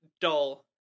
dull